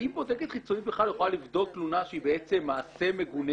האם עובדת חיצונית בכלל יכולה לבדוק תלונה שהיא בעצם מעשה מגונה